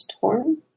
Torn